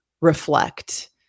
reflect